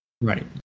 Right